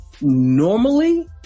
normally